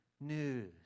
news